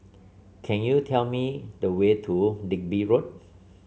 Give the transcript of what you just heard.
can you tell me the way to Digby Road